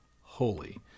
holy